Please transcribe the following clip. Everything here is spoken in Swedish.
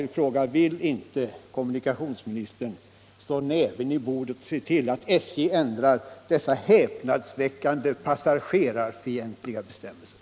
I Vill inte kommunikationsministern slå näven i bordet och se till att | ändrar dessa häpnadsväckande passagerarfientliga bestämmelser?